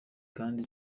kandi